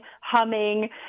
humming